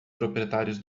proprietários